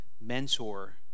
mentor